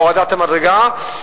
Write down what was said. בהורדת המדרגה,